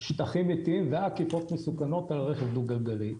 שטחים מתים ועקיפות מסוכנות על רכב דו-גלגלי.